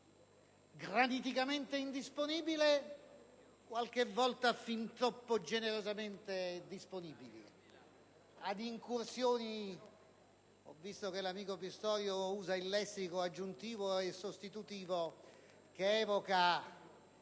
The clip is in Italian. graniticamente indisponibile, qualche altra fin troppo generosamente disponibile ad incursioni (l'amico Pistorio usa il lessico aggiuntivo e sostitutivo che evoca